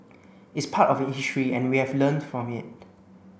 it's part of history and we have learned from it